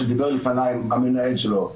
שדיבר לפניי המנהל שלו,